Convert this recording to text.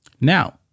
Now